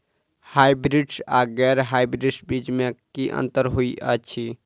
Hybrids आ गैर hybrids बीज म की अंतर होइ अछि?